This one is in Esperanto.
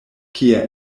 kie